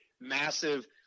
massive